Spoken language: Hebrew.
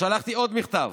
שלחתי עוד מכתב